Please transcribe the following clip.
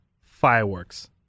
fireworks